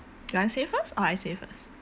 you want say first or I say first